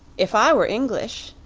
if i were english,